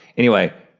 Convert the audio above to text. anyway,